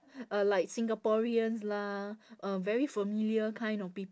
uh like singaporeans lah um very familiar kind of peo~